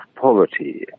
poverty